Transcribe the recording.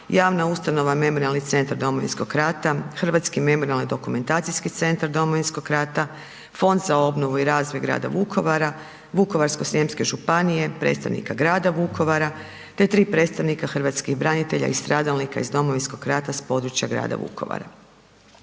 Javna ustanova Memorijalni centar Domovinskog rata, Hrvatski memorijalni dokumentacijski centar Domovinskog rata, Fond za obnovu i razvoj grada Vukovara, Vukovarsko-srijemske županije, predstavnika grada Vukovara te 3 predstavnika hrvatskih branitelja i stradalnika iz Domovinskog rata s područja grada Vukovara.